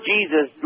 Jesus